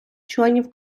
членів